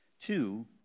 Two